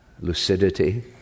lucidity